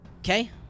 Okay